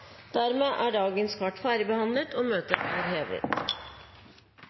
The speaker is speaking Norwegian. Dermed er dagens kart ferdigbehandlet. Forlanger noen ordet før møtet heves? – Møtet er hevet.